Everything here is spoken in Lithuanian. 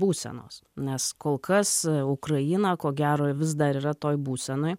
būsenos nes kol kas ukraina ko gero vis dar yra toj būsenoj